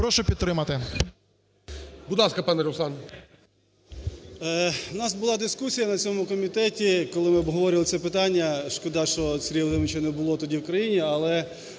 КНЯЗЕВИЧ Р.П. В нас була дискусія на цьому комітеті, коли ми обговорювали це питання. Шкода, що Сергія Володимировича не було тоді в країні,